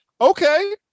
Okay